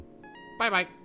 Bye-bye